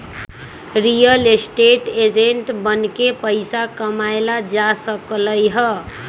real estate agent बनके पइसा कमाएल जा सकलई ह